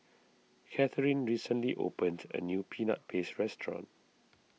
Catherine recently opened a new Peanut Paste restaurant